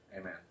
amen